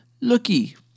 looky